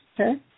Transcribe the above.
Okay